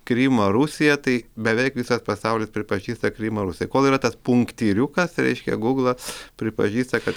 krymą rusija tai beveik visas pasaulis pripažįsta krymą rusai kol yra tas punktyriukas reiškia gūglą pripažįsta kad